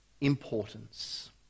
importance